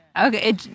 Okay